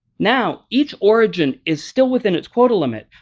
now, each origin is still within its quota limit,